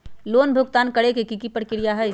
Loan भुगतान करे के की की प्रक्रिया होई?